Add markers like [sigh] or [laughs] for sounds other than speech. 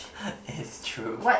[laughs] it's true